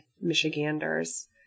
Michiganders